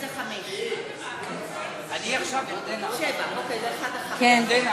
על הביטוח הלאומי, ההצעה הבאה.